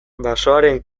basoaren